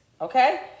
okay